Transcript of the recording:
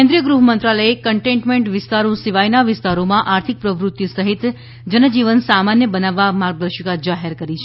કેન્દ્રીય ગૃહમંત્રાલયે કન્ટેઇનમેન્ટ વિસ્તારો સિવાયના વિસ્તારોમાં આર્થિક પ્રવૃત્તિ સહિત જનજીવન સામાન્ય બનાવવા માર્ગદર્શિકા જાહેર કરી છે